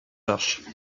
marche